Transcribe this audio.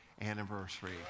anniversary